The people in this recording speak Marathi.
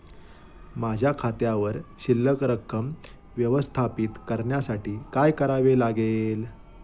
माझ्या खात्यावर शिल्लक रक्कम व्यवस्थापित करण्यासाठी काय करावे लागेल?